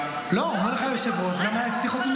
--- אומר לך היושב-ראש שגם היו שיחות עם